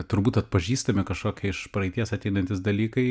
turbūt atpažįstame kažkokią iš praeities ateinantys dalykai